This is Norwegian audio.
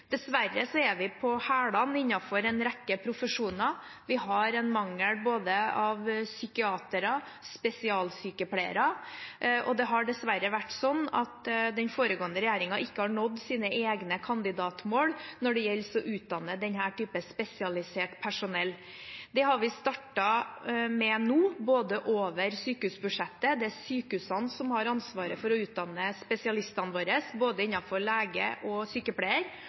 Dessverre er vi på hælene innenfor en rekke profesjoner. Vi har en mangel på både psykiatere og spesialsykepleiere. Dessverre har ikke den foregående regjeringen nådd sine egne kandidatmål når det gjelder å utdanne denne typen spesialisert personell. Det har vi startet med nå, både over sykehusbudsjettet – det er sykehusene som har ansvaret for å utdanne spesialistene våre, både leger og sykepleiere – og